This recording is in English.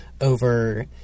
over